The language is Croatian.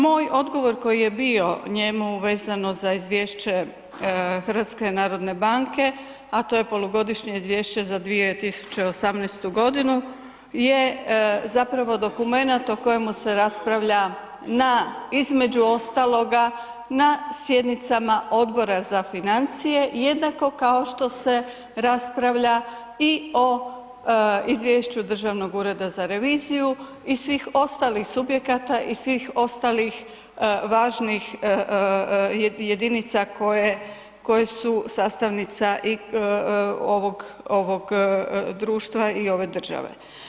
Moj odgovor koji je bio njemu vezano za izvješće HNB-a a to je polugodišnje izvješće za 2018. g. je zapravo dokumenat o kojemu se raspravlja na između ostaloga na sjednicama Odbora za financije i jednako kao što se raspravlja i o izvješću Državnog ureda za reviziju i svih ostalih subjekata i svih ostalih važnih jedinica koje su sastavnica i ovog društva i ove države.